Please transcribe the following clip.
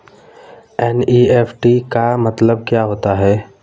NEFT का मतलब क्या होता है?